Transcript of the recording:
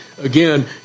again